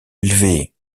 élevés